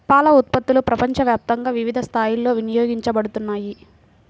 పాల ఉత్పత్తులు ప్రపంచవ్యాప్తంగా వివిధ స్థాయిలలో వినియోగించబడుతున్నాయి